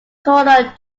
coroner